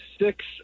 six